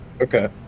okay